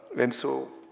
and so,